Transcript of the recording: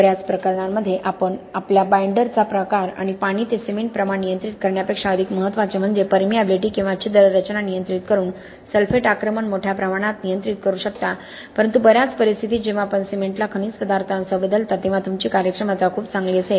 बर्याच प्रकरणांमध्ये आपण आपल्या बाइंडरचा प्रकार आणि पाणी ते सिमेंट प्रमाण नियंत्रित करण्यापेक्षा अधिक महत्त्वाचे म्हणजे परमिएबिलिटी किंवा छिद्र रचना नियंत्रित करून सल्फेट आक्रमण मोठ्या प्रमाणात नियंत्रित करू शकता परंतु बर्याच परिस्थितीत जेव्हा आपण सिमेंटला खनिज पदार्थांसह बदलता तेव्हा तुमची कार्यक्षमता खूप चांगली असेल